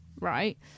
right